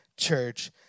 church